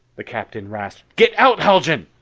the captain rasped, get out, haljan!